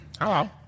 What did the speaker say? Hello